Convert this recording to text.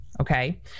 okay